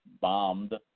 bombed